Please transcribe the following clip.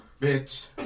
bitch